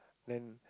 then